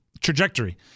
trajectory